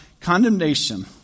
condemnation